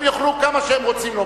הם יוכלו לומר כמה שהם רוצים.